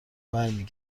برمی